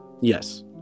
Yes